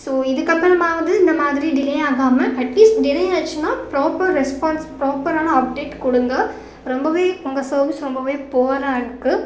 so இதுக்கப்புறமாவது இந்த மாதிரி டிலே ஆகாமல் அட்லீஸ்ட் டிலே ஆச்சுன்னா ப்ராப்பர் ரெஸ்பான்ஸ் ப்ராப்பேரான அப்டேட் கொடுங்க ரொம்பவே உங்கள் சர்வீஸ் ரொம்பவே புவராக இருக்குது